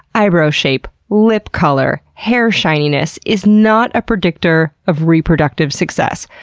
eyebrow shape, lip color, hair shininess, is not a predictor of reproductive success.